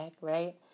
right